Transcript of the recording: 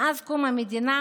מאז קום המדינה,